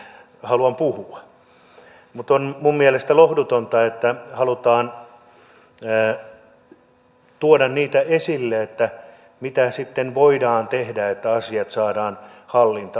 on minun mielestäni lohdutonta että halutaan tuoda sitä esille että mitä sitten voidaan tehdä että asiat saadaan hallintaan